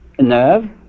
nerve